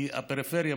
כי אם מדברים